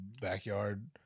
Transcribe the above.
backyard